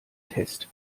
test